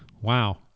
wow